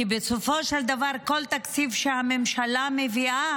כי בסופו של דבר כל תקציב שהממשלה מביאה